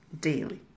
daily